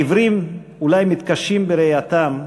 העיוורים אולי מתקשים בראייתם,